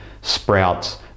sprouts